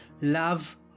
love